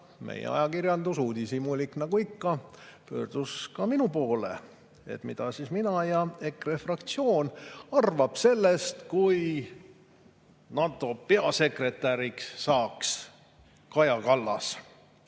meie ajakirjandus, uudishimulik nagu ikka, pöördus ka minu poole, et mida siis mina ja EKRE fraktsioon arvame sellest, kui NATO peasekretäriks saaks Kaja Kallas.